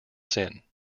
sin